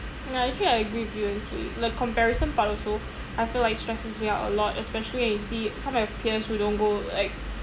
ya actually I agree with you actually the comparison part also I feel like it stresses me out a lot especially when you see some of your peers who don't go like